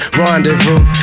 rendezvous